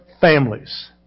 families